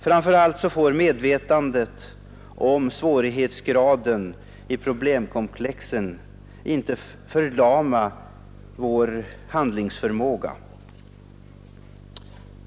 Framför allt får medvetandet om svårighetsgraden i problemkomplexet inte förlama vår handlingsförmåga.